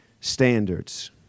standards